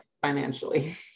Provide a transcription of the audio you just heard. financially